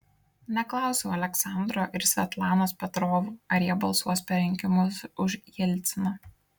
neklausiau aleksandro ir svetlanos petrovų ar jie balsuos per rinkimus už jelciną